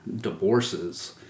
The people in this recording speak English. divorces